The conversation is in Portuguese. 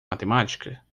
matemática